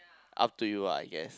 up to you lah I guess